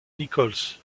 nichols